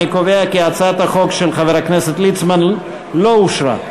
אני קובע שהצעת החוק של חבר הכנסת ליצמן לא אושרה.